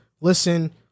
Listen